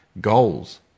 goals